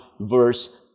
verse